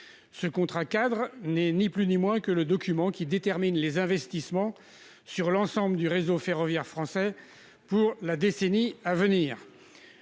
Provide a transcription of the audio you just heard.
Ce contrat-cadre n'est ni plus ni moins que le document qui détermine les investissements sur l'ensemble du réseau ferroviaire français pour la décennie à venir.